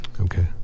okay